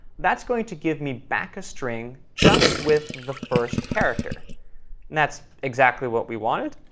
that's going to give me back a string just with the first character. and that's exactly what we wanted.